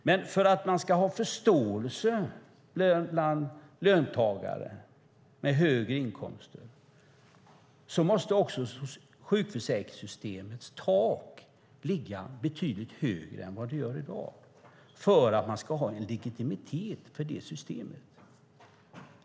Men för att det ska finnas förståelse bland löntagare med högre inkomster och för att man ska kunna ha legitimitet för systemet måste sjukförsäkringssystemets tak ligga betydligt högre än vad det gör i dag.